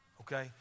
Okay